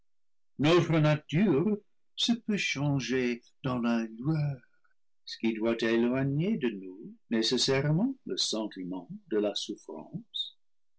notre nature se peut changer dans la lueur ce qui doit éloigner de nous néces sairememt le sentiment de la souffrance